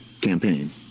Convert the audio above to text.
campaign